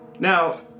Now